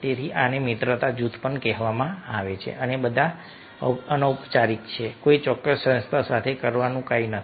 તેથી આને મિત્રતા જૂથ કહેવામાં આવે છે અને આ બધા અનૌપચારિક છે કોઈ ચોક્કસ સંસ્થા સાથે કરવાનું કંઈ નથી